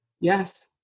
yes